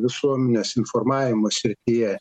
visuomenės informavimo srityje